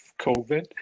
COVID